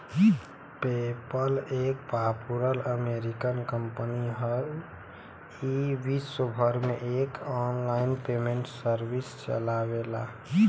PayPal एक popular American company हौ ई विश्वभर में एक आनलाइन पेमेंट सर्विस चलावेला